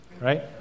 right